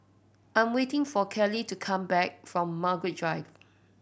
I'm waiting for Kelley to come back from Margaret Drive